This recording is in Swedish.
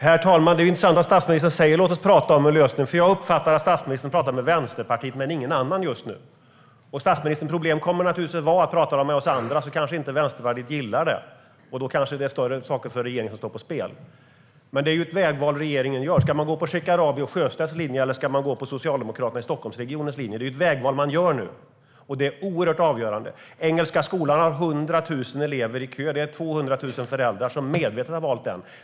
Herr talman! Det är intressant att statsministern säger "låt oss prata om en lösning", för jag uppfattar att statsministern pratar med Vänsterpartiet men inte med någon annan just nu. Statsministerns problem kommer naturligtvis att vara att pratar han med oss andra så kanske inte Vänsterpartiet gillar det, och då kanske det är större saker som står på spel för regeringen. Detta är ett vägval regeringen gör. Ska man gå på Shekarabis och Sjöstedts linje, eller ska man gå på den linje som Socialdemokraterna i Stockholmsregionen står för? Det är ett vägval man gör nu, och det är oerhört avgörande. Engelska skolan har 100 000 elever i kö. Det innebär att 200 000 föräldrar medvetet har valt den.